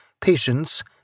patience